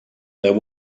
there